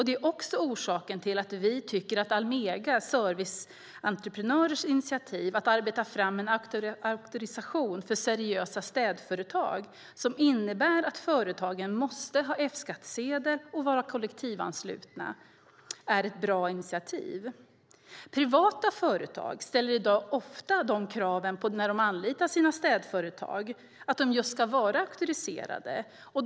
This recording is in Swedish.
Det är också orsaken till att vi tycker att initiativet från Almega Serviceentreprenörerna att arbeta fram en auktorisation för seriösa städföretag, som innebär att företagen måste ha F-skattsedel och vara kollektivanslutna, är ett bra initiativ. Privata företag ställer i dag ofta dessa krav när de anlitar sina städföretag, alltså att de ska vara just auktoriserade.